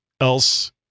else